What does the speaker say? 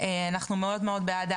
צריך לומר עוד דבר.